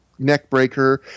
neckbreaker